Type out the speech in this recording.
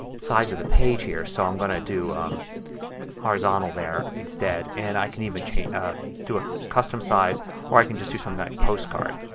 size of the page here. so i'm going to do horizontal there instead. and i can even ah do a custom size or i can just do something like postcard.